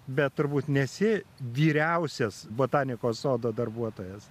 bet turbūt nesi vyriausias botanikos sodo darbuotojas